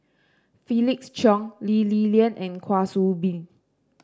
Felix Cheong Lee Li Lian and Kwa Soon Bee